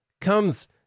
comes